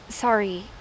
Sorry